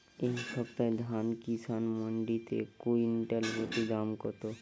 এই সপ্তাহে ধান কিষান মন্ডিতে কুইন্টাল প্রতি দাম কত?